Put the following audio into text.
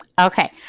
Okay